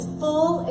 full